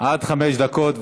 עד חמש דקות.